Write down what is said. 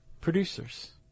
producers